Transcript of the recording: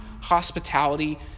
hospitality